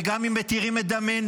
וגם אם מתירים את דמנו,